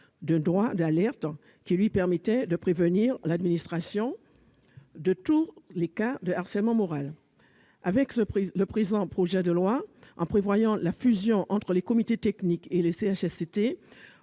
d'un droit d'alerte, qui lui permettait de prévenir l'administration de tout cas de harcèlement moral. Avec le présent projet de loi, en prévoyant la fusion des comités techniques et des CHSCT